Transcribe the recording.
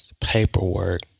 Paperwork